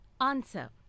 answer